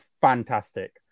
fantastic